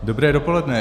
Dobré dopoledne.